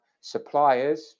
suppliers